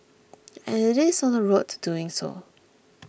and it is on the road to doing so